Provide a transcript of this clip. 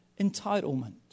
entitlement